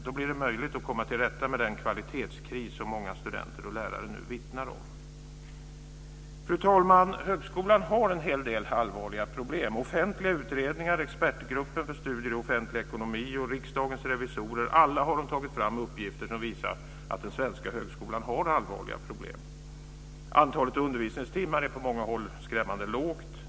Då blir det möjligt att komma till rätta med den kvalitetskris som många studenter och lärare nu vittnar om. Fru talman! Högskolan har en hel del allvarliga problem. Offentliga utredningar, Expertgruppen för studier i offentlig ekonomi och Riksdagens revisorer har alla tagit fram uppgifter som visar att den svenska högskolan har allvarliga problem. - Antalet undervisningstimmar är på många håll skrämmande lågt.